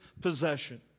possession